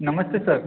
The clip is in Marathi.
नमस्ते सर